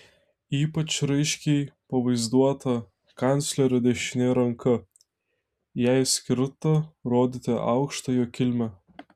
ypač raiškiai pavaizduota kanclerio dešinė ranka jai skirta rodyti aukštą jo kilmę